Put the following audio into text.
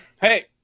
hey